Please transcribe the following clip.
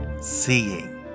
seeing